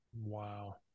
Wow